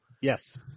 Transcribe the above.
Yes